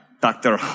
Dr